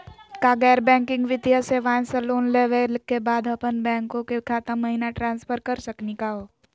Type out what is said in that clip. का गैर बैंकिंग वित्तीय सेवाएं स लोन लेवै के बाद अपन बैंको के खाता महिना ट्रांसफर कर सकनी का हो?